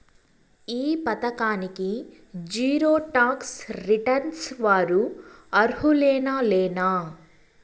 ఈ పథకానికి zero tax returns వారు అర్హులేనా లేనా?